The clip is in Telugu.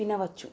వినవచ్చు